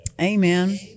Amen